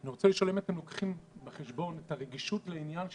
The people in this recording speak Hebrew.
אני רוצה לשאול: האם אתם לוקחים בחשבון את הרגישות לעניין התפילות?